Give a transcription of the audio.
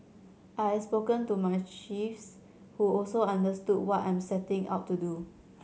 I have spoken to my chiefs who also understood what I'm setting out to do